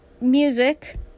music